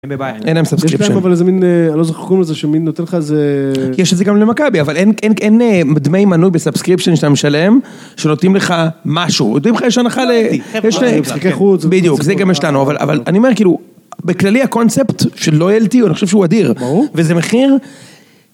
אין להם סאבסקריפשן. יש להם אבל איזה מין, אני לא זוכר איך קוראים לזה, שמין נותן לך זה... יש את זה גם למכבי, אבל אין דמי מנוי בסאבסקריפשן שאתה משלם, שנותנים לך משהו. נותנים לך, יש הנחה ל... משחקי חוץ. בדיוק, זה גם יש לנו, אבל אני אומר כאילו, בכללי הקונספט של לויאלטי, אני חושב שהוא אדיר. וזה מחיר...